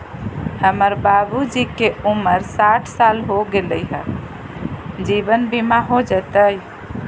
हमर बाबूजी के उमर साठ साल हो गैलई ह, जीवन बीमा हो जैतई?